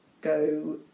go